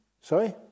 Sorry